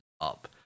up